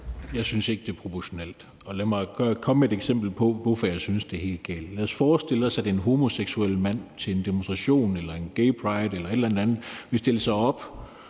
Jeg synes ikke, det er proportionalt. Lad mig komme med et eksempel på, hvorfor jeg synes, det er helt galt. Lad os forestille os, at en homoseksuel mand til en demonstration eller en gay pride eller noget andet stiller sig op